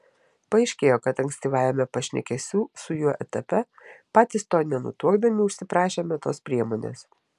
paaiškėjo kad ankstyvajame pašnekesių su juo etape patys to nenutuokdami užsiprašėme tos priemonės